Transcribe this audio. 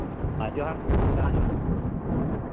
ᱦᱮᱸ ᱡᱚᱦᱟᱨ ᱡᱚᱦᱟᱨ ᱡᱚᱦᱟᱨ